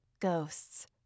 Ghosts